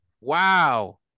wow